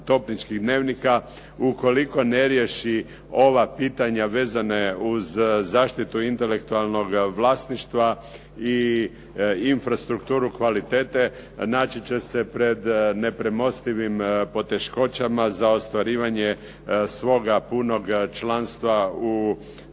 topničkih dnevnika, ukoliko ne riješi ova pitanja vezana uz zaštitu intelektualnog vlasništva i infrastrukturu kvalitete naći će se pred nepremostivim poteškoćama za ostvarivanje svoga punog članstva u